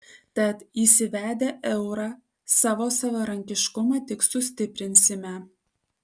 tad įsivedę eurą savo savarankiškumą tik sustiprinsime